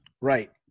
right